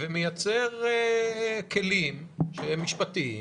ומייצר כלים משפטיים